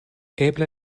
eble